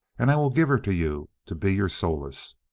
and i will give her to you to be your solace.